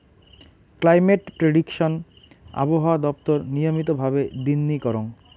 climate prediction আবহাওয়া দপ্তর নিয়মিত ভাবে দিননি করং